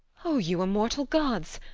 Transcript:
o you immortal gods!